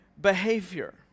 behavior